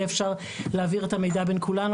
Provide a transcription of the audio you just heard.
יהיה אפשר להעביר את המידע בין כולנו.